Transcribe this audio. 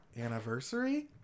anniversary